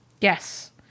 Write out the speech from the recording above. Yes